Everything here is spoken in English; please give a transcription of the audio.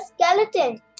skeleton